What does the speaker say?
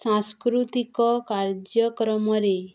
ସାଂସ୍କୃତିକ କାର୍ଯ୍ୟକ୍ରମରେ